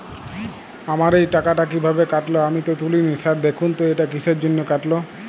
আমার এই টাকাটা কীভাবে কাটল আমি তো তুলিনি স্যার দেখুন তো এটা কিসের জন্য কাটল?